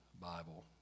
Bible